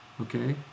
okay